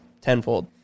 tenfold